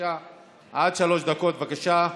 עד שלוש דקות, בבקשה.